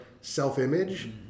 self-image